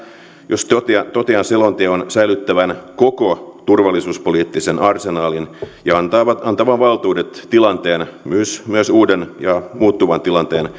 jos totean selonteon säilyttävän koko turvallisuuspoliittisen arsenaalin ja antavan valtuudet tilanteen myös myös uuden ja muuttuvan tilanteen